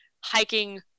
hiking